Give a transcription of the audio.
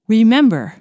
Remember